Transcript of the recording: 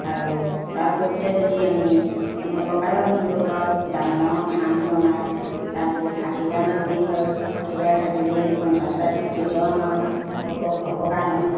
আৰু তাৰ পৰিৱৰ্তে যদি আমি অন্য প্ৰকাৰেও আমি দিব পাৰোঁ ডাঙৰ ডাঙৰ খাং বনাই তাত যদি ষাঠিটা মুৰ্গী হয় ষাঠিটাৰ ঠাইত যদি আমি পঞ্চাছটা দিওঁ তেতিয়াও আমাৰ অপ অপকাৰ নহয়